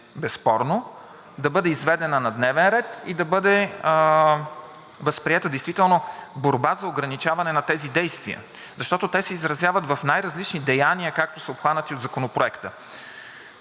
да бъде изведена на дневен ред и да бъде възприета действително като борба за ограничаване на тези действия, защото те се изразяват в най-различни деяния, както са обхванати от Законопроекта.